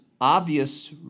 obvious